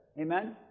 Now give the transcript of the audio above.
Amen